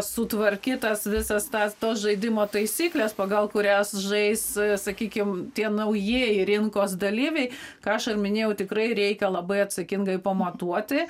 sutvarkytas visas ta tos žaidimo taisyklės pagal kurias žais sakykim tie naujieji rinkos dalyviai ką aš ir minėjau tikrai reikia labai atsakingai pamatuoti